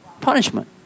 Punishment